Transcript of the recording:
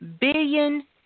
billion